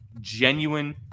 genuine